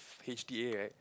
H_D_A right